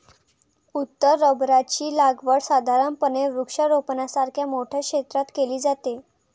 उत्तर रबराची लागवड साधारणपणे वृक्षारोपणासारख्या मोठ्या क्षेत्रात केली जाते